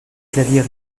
clavier